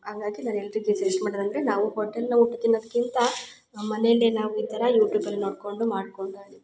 ಹಾಗಾಗಿ ನಾನು ಎಲ್ಲರಿಗು ಸಜೆಸ್ಟ್ ಮಾಡದು ಅಂದರೆ ನಾವು ಹೋಟೆಲ್ನ ಊಟ ತಿನ್ನೋದ್ಕಿಂತ ನಮ್ಮ ಮನೆಯಲ್ಲೆ ನಾವು ಈ ಥರ ಯೂಟ್ಯೂಬಲ್ಲಿ ನೋಡ್ಕೊಂಡು ಮಾಡ್ಕೊಂಡು